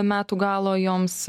metų galo joms